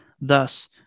Thus